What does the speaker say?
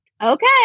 Okay